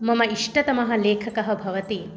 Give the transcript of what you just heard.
मम इष्टतमः लेखकः भवति